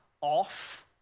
off